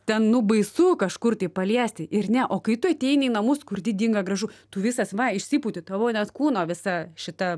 ten nu baisu kažkur tai paliesti ir ne o kai tu ateini į namus kur didinga gražu tu visas va išsipūti tavo net kūno visa šita